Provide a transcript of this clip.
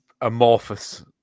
amorphous